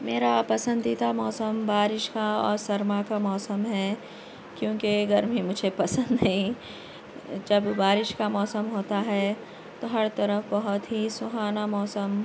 میرا پسندیدہ موسم بارش کا اور سرما کا موسم ہے کیونکہ گرمی مجھے پسند نہیں جب بارش کا موسم ہوتا ہے تو ہر طرف بہت ہی سہانا موسم